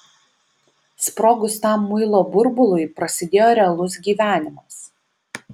sprogus tam muilo burbului prasidėjo realus gyvenimas